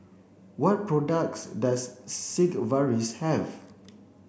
what products does Sigvaris have